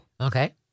Okay